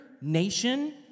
nation